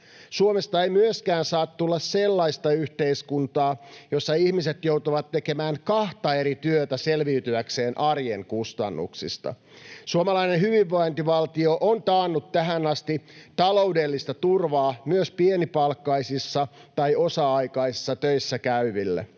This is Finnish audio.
Suomesta ei myöskään saa tulla sellaista yhteiskuntaa, jossa ihmiset joutuvat tekemään kahta eri työtä selviytyäkseen arjen kustannuksista. Suomalainen hyvinvointivaltio on taannut tähän asti taloudellista turvaa myös pienipalkkaisissa tai osa-aikaisissa töissä käyville,